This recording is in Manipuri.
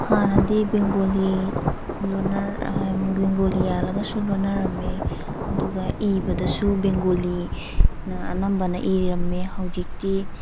ꯍꯥꯟꯅꯗꯤ ꯕꯦꯡꯒꯣꯂꯤ ꯕꯦꯡꯒꯣꯂꯤ ꯌꯥꯜꯂꯒꯁꯨ ꯂꯣꯟꯅꯔꯝꯃꯤ ꯑꯗꯨꯒ ꯏꯕꯗꯁꯨ ꯕꯦꯡꯒꯣꯂꯤꯅ ꯑꯅꯝꯕꯅ ꯏꯔꯝꯃꯦ ꯍꯧꯖꯤꯛꯇꯤ